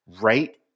right